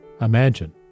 Imagine